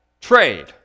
trade